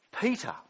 Peter